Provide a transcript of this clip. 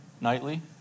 nightly